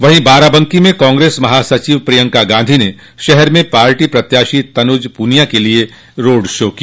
वहीं बाराबंकी में कांग्रेस महासचिव प्रियंका गांधी ने शहर में पार्टी प्रत्याशी तन्ज पूनिया के लिये रोड शो किया